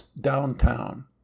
downtown